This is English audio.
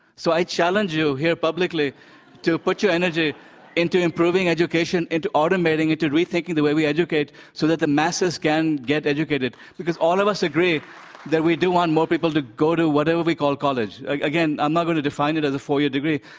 so i challenge you here publicly to put your energy into improving education, into automating, into rethinking the way we educate so that the masses can get educated because all of us agree that we do want more people to go to whatever we call college. again, i'm not going to define it as a four-year degree,